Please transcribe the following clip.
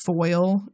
foil